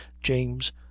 james